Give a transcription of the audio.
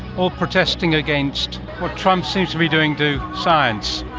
all protesting against what trump seems to be doing to science.